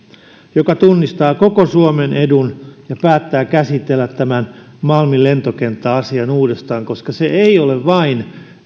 joka tunnistaa koko suomen edun ja päättää käsitellä tämän malmin lentokenttäasian uudestaan koska se ei ole vain